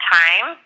time